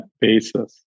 basis